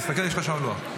תסתכל, יש לך שעון לוח.